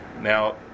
Now